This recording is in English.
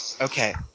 okay